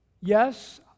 Yes